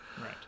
Right